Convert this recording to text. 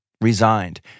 resigned